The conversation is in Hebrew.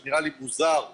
דבר שנראה לי מוזר ותמוהה,